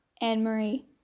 Anne-Marie